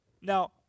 Now